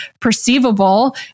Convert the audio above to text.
perceivable